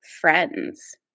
friends